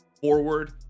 forward